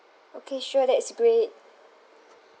okay sure that is great